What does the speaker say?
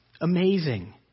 amazing